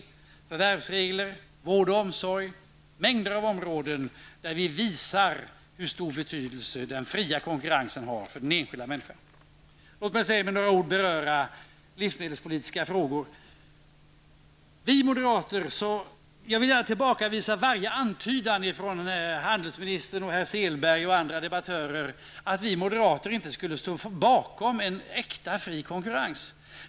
Det handlar då om förvärvsregler, om vård och omsorg samt om en mängd områden där vi visar hur stor betydelse den fria konkurrensen har för den enskilda människan. Sedan vill jag med några ord beröra de livsmedelspolitiska frågorna. Jag vill gärna tillbakavisa varje antydan från handelsministern, från Åke Selberg och från andra debattörer om att vi moderater inte skulle stå bakom en äkta fri konkurrens.